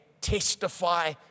testify